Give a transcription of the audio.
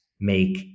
make